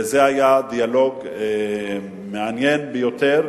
וזה היה דיאלוג מעניין ביותר,